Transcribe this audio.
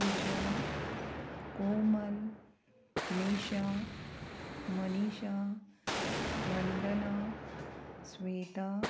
Puja Komal Nisha Manisha Vandana Sweta